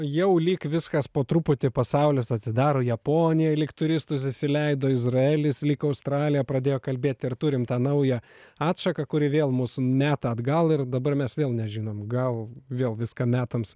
jau lyg viskas po truputį pasaulis atsidaro japonija lyg turistus įsileido izraelis lyg australija pradėjo kalbėti ar turim tą naują atšaką kuri vėl mus meta atgal ir dabar mes vėl nežinom gal vėl viską metams